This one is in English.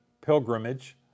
pilgrimage